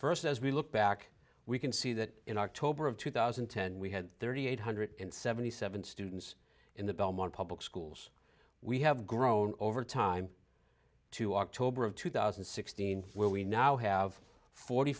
as we look back we can see that in october of two thousand and ten we had thirty eight hundred seventy seven students in the belmont public schools we have grown over time to october of two thousand and sixteen where we now have forty